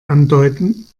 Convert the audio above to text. andeuten